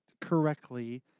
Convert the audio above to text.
correctly